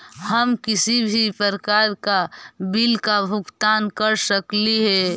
हम किसी भी प्रकार का बिल का भुगतान कर सकली हे?